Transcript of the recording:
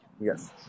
Yes